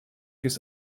his